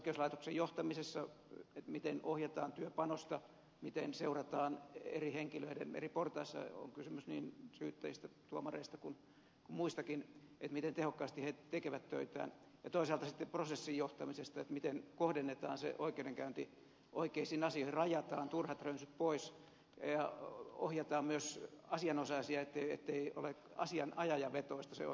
oikeuslaitoksen johtamisessa siinä miten ohjataan työpanosta miten seurataan henkilöitä eri portaissa on kysymys sitten syyttäjistä tuomareista tai muistakin miten tehokkaasti he tekevät töitään ja toisaalta on kyse sitten prosessin johtamisesta miten kohdennetaan se oikeudenkäynti oikeisiin asioihin rajataan turhat rönsyt pois ja ohjataan myös asianosaisia niin ettei ole asianajajavetoista se oikeudenkäynti niin kuin nyt liiaksi on